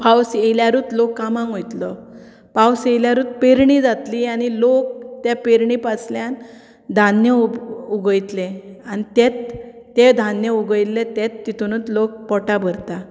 पावस येयल्यारूत लोग कामाक वयतलो पावस येयल्यारूत पेरणी जातली आनी लोक ते पेरणी पासल्यान धान्य उब उगयतले आनी तेंत तें धान्य उगयल्लें तेंत तेतुनूत लोग पोटां भरता